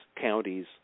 counties